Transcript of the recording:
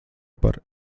par